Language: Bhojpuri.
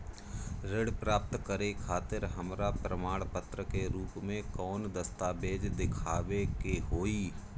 ऋण प्राप्त करे खातिर हमरा प्रमाण के रूप में कौन दस्तावेज़ दिखावे के होई?